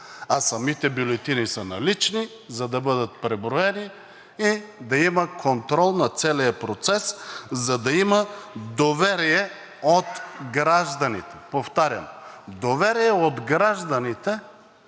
а самите бюлетини са налични, за да бъдат преброени и да има контрол над целия процес, за да има доверие от гражданите! Повтарям, доверие от гражданите